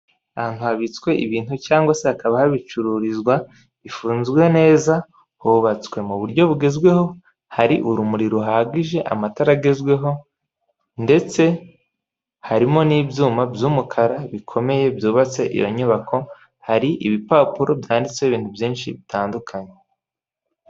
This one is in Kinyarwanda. Ahantu habitswe ibintu cyangwa se hakaba habicururizwa bifunzwe neza, hubatswe mu buryo bugezweho hari urumuri ruhagije, amatara agezweho ndetse harimo n'ibyuma by'umukara bikomeye byubatse iyo nyubako, hari ibipapuro byanditse ibintu byinshi bitandukanye.